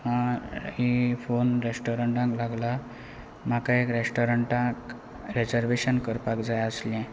ही phone रॅस्टोरंटान लागला म्हाका एक रॅस्टोरंटाक रॅजर्वेशन करपाक जाय आसलें